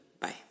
Bye